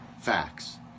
facts